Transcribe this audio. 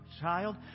child